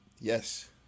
Yes